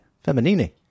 feminine